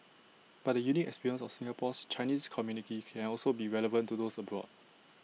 but the unique experience of Singapore's Chinese community can also be relevant to those abroad